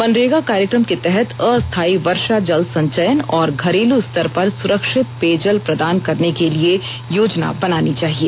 मनरेगा कार्यक्रम के तहत अस्थायी वर्षा जल संचयन और घरेलू स्तर पर सुरक्षित पेयजल प्रदान करने के लिए योजना बनानी चाहिए